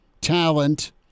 talent